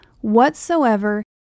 whatsoever